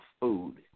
food